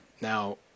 now